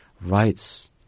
writes